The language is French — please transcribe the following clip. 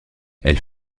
elle